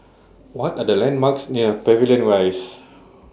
What Are The landmarks near Pavilion Rise